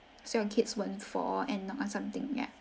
so your kids won't fall and knock on something ya